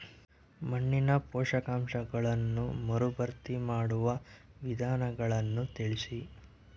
ಮಣ್ಣಿನ ಪೋಷಕಾಂಶಗಳನ್ನು ಮರುಭರ್ತಿ ಮಾಡುವ ವಿಧಾನಗಳನ್ನು ತಿಳಿಸಿ?